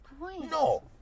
No